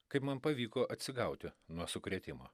kaip man pavyko atsigauti nuo sukrėtimo